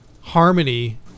harmony